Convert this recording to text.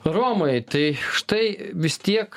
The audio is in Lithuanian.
romai tai štai vis tiek